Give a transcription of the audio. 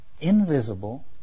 invisible